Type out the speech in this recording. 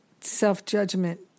self-judgment